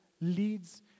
leads